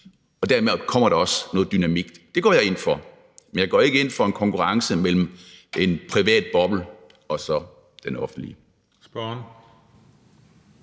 og dermed kommer der også noget dynamik. Det går jeg ind for, men jeg går ikke ind for konkurrence mellem en privat uddannelse og så den offentlige.